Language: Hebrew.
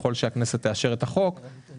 ככל שהכנסת תאשר את החוק,